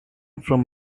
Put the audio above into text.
from